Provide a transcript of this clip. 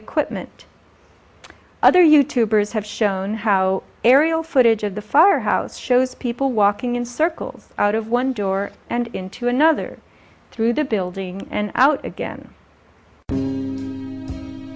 equipment other you tubers have shown how aerial footage of the fire house shows people walking in circles out of one door and into another through the building and out again